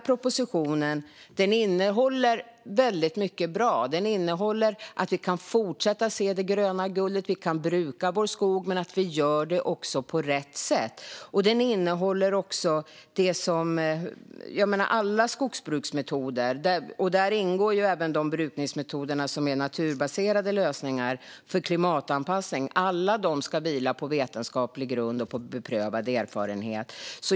Propositionen innehåller alltså väldigt mycket bra. Den innehåller sådant som gör att vi kan fortsätta att se det gröna guldet och att vi kan bruka vår skog men göra det på rätt sätt. Den innehåller också det som alla skogsbruksmetoder - och där ingår även de brukningsmetoder som är naturbaserade lösningar för klimatanpassning - ska vila på, nämligen vetenskaplig grund och beprövad erfarenhet.